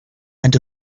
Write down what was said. and